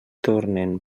tornen